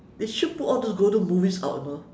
they should put all those golden movies out you know